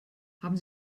haben